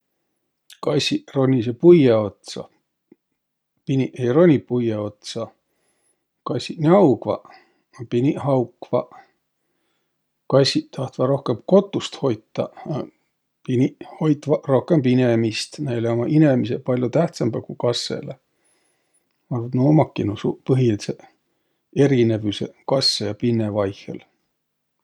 Kassiq ronisõq puiõ otsa. Piniq ei roniq puiõ otsa. Kassiq n'augvaq, a piniq haukvaq. Kassiq tahtvaq rohkõmb kotust hoitaq, a piniq hoitvaq rohkõmb inemist. Näile ummaq inemiseq palľo tähtsämbäq ku kassõlõ. Nuuq ummaki nuuq põhilidsõq erinevüseq kassõ ja pinne vaihõl.